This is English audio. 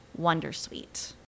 Wondersuite